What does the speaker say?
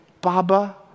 baba